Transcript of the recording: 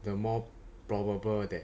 the more probable that